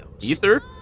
Ether